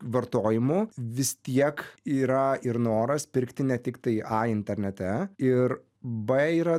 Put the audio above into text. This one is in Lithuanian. vartojimu vis tiek yra ir noras pirkti ne tiktai a internete ir b yra